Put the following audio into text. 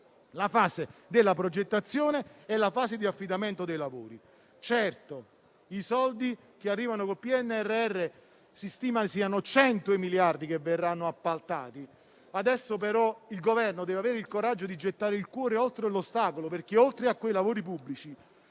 quelle della progettazione e di affidamento dei lavori. Certo, si stima che con il PNRR siano 100 i miliardi che verranno appaltati. Adesso però il Governo deve avere il coraggio di gettare il cuore oltre l'ostacolo, perché oltre a quei lavori pubblici